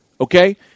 okay